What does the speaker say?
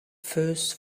first